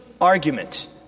argument